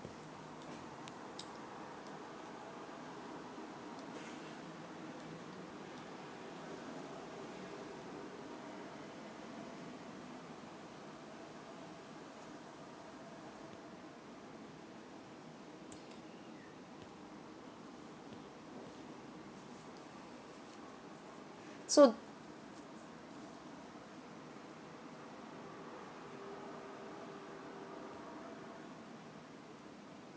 so